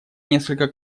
несколько